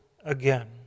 again